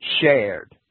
shared